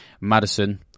Madison